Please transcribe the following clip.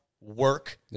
work